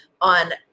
on